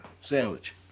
Sandwich